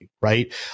right